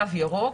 תו ירוק,